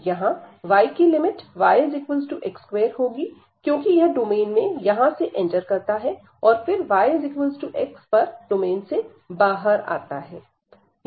यहां yकी limit yx2 होगी क्योंकि यह डोमेन में यहां से एंटर करता है और फिर yx पर डोमेन से बाहर आता है